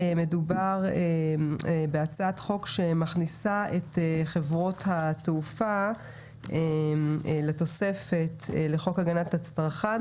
מדובר בהצעת חוק שמכניסה את חברות התעופה לתוספת לחוק הגנת הצרכן,